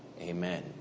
Amen